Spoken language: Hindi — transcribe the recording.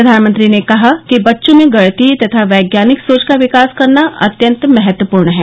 प्रधानमंत्री ने कहा कि बच्चों में गणितीय तथा वैज्ञानिक सोच का विकास करना अत्यन्त महत्वपूर्ण है